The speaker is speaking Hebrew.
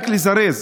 רק לזרז.